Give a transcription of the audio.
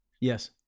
Yes